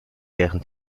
deren